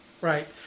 Right